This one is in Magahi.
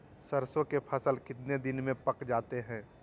सरसों के फसल कितने दिन में पक जाते है?